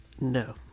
No